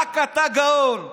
רק אתה גאון.